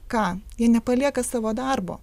ką jie nepalieka savo darbo